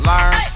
Learn